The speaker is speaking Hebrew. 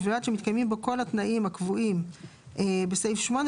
ובלבד שמתקיימים בו כל התנאים הקבועים בסעיף 8,